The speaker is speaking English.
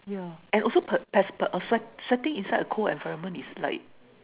yeah and also per~ pers~ per~ uh swea~ sweating inside a cold environment is like